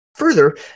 Further